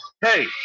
hey